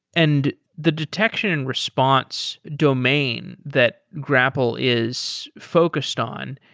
and the detection and response domain that grapl is focused on,